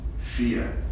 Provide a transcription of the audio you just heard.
fear